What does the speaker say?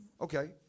okay